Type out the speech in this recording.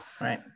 right